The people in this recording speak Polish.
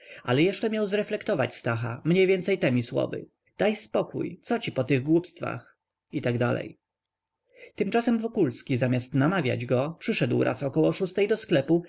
ale jeszcze miał zreflektować stacha mniej więcej temi słowy daj spokój co ci po tych głupstwach i tak dalej tymczasem wokulski zamiast namawiać go przyszedł raz około szóstej do sklepu